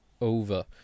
over